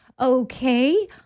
okay